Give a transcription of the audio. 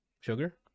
sugar